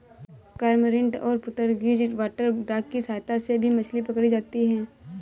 cormorant और Portuguese water dog की सहायता से भी मछली पकड़ी जाती है